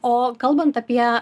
o kalbant apie